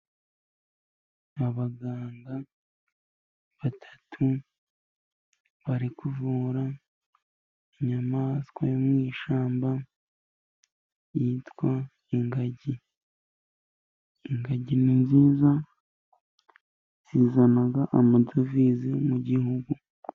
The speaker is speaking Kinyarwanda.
Abaganga batatu bari kuvura inyamanswa yo mu ishyamba yitwa ingagi. Ingagi ni nziza zizana amadovize mu gihugu.